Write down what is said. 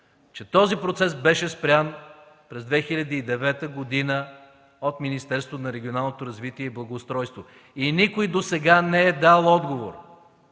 че този процес беше спрян през 2009 г. от Министерството на регионалното развитие и благоустройството и никой досега не е дал отговор